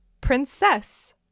Princess